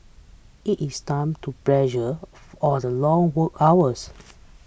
is it time to pressure the long work hours